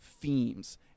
themes